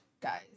guys